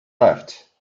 left